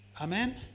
Amen